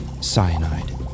Cyanide